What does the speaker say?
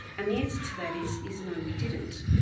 and the answer to that is is no, we didn't.